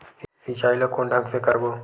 सिंचाई ल कोन ढंग से करबो?